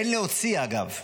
אין להוציא, אגב,